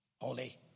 Holy